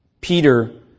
Peter